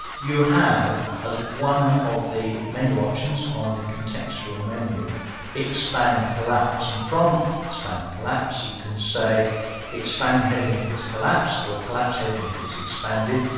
you have as one of the menu options on the contextual menu expand collapse and from ah expand collapse, you can say expand heading if it's collapsed or collapse heading if it's expanded.